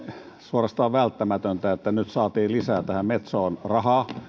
suorastaan välttämätöntä että nyt saatiin metsoon lisää rahaa